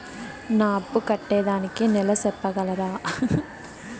నా అప్పు కట్టేదానికి నెల సెప్పగలరా?